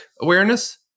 awareness